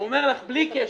הוא אומר לך: בלי קשר,